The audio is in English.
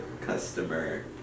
customer